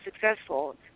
successful